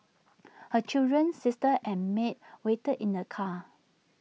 her children sister and maid waited in the car